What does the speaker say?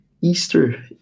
Easter